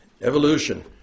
Evolution